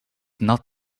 not